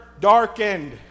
darkened